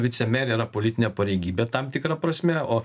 vicemerė yra politinė pareigybė tam tikra prasme o